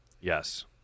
Yes